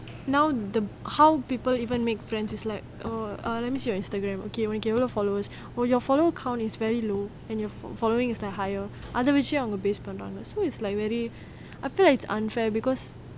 now the how people even make friends is like oh err let me see your Instagram okay look at your followers oh your follower count is very low and your following is higher அதான் வெச்சி அவங்க:athan vechi avanga base பன்றாங்க:panranga so it's like very I feel that it's unfair because